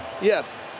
Yes